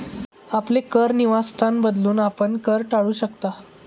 आपले कर निवासस्थान बदलून, आपण कर टाळू शकता